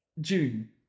June